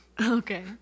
Okay